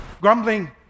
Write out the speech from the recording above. Grumbling